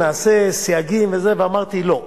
נעשה סייגים, ואמרתי: לא,